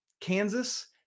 Kansas